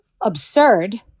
absurd